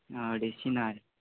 आं अडेश्शी नाल